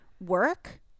work